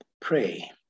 pray